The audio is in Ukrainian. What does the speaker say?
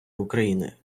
україни